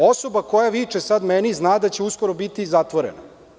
Osoba koja viče sad meni zna da će uskoro biti zatvorena.